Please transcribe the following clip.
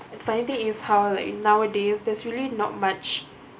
funny thing is how like nowadays there's really not much